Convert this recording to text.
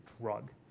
drug